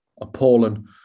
appalling